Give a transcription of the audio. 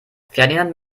ferdinand